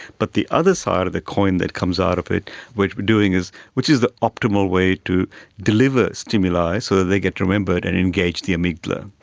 but the other side of the coin that comes out of it which we are doing is which is the optimal way to deliver stimuli so that they get to remember it and engage the amygdala.